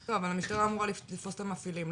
לא, אבל המשטרה אמורה לתפוס את המפעילים.